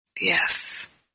Yes